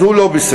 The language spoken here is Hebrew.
אז הוא לא בסדר.